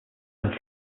and